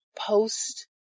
post